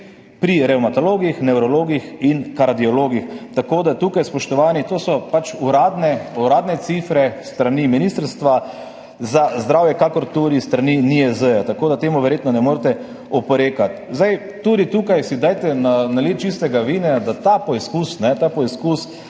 pri revmatologih, nevrologih in kardiologih. Tako da tukaj, spoštovani, to so pač uradne cifre tako s strani Ministrstva za zdravje kakor tudi s strani NIJZ. Tako da temu verjetno ne morete oporekati. Tudi tukaj si dajte naliti čistega vina, da se ta poizkus,